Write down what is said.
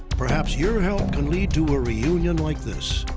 perhaps your help can lead to a reunion like this.